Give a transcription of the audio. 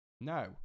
no